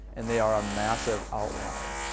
and they are a massive outlier.